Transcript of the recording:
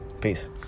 Peace